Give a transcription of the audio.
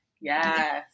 Yes